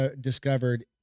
Discovered